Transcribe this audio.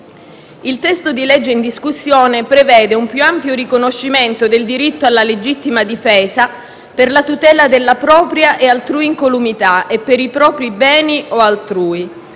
Il testo di legge in discussione prevede un più ampio riconoscimento del diritto alla legittima difesa, per la tutela della propria e dell'altrui incolumità e per i propri beni o altrui